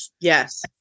Yes